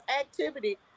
activity